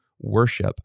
worship